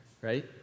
right